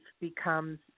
becomes